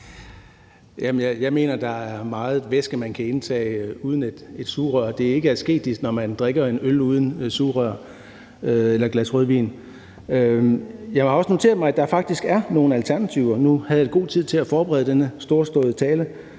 jeg mener, at der er meget væske, man kan indtage uden et sugerør. Og det er ikke asketisk, når man drikker en øl eller et glas rødvin uden sugerør. Jeg har også noteret mig, at der faktisk er nogle alternativer – nu havde jeg god tid til at forberede denne storslåede tale